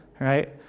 Right